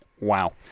wow